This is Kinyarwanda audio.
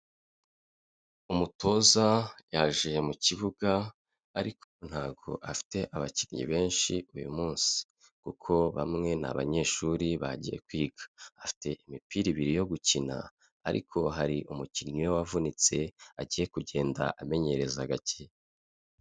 Umutoza yaje mu kibuga, ariko ntabwo afite abakinnyi benshi uyu munsi. Kuko bamwe nabanyeshuri bagiye kwiga. Afite imipira ibiri yo gukina ariko hari umukinnyi we wavunitse agiye kugenda amenyereza gake.